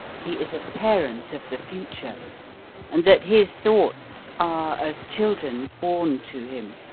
he is a parent of the future and that his thoughts are as children born to him,